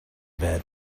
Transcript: bit